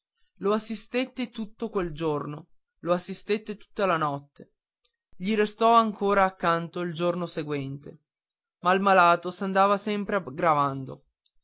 lo assistette tutto quel giorno lo assistette tutta la notte gli restò ancora accanto il giorno seguente ma il malato s'andava sempre aggravando